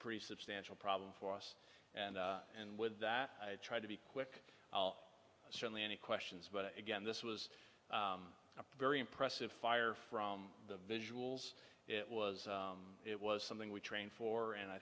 pretty substantial problem for us and and with that i try to be quick i'll certainly any questions but again this was a very impressive fire from the visuals it was it was something we trained for and i